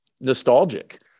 nostalgic